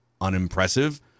unimpressive